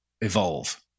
evolve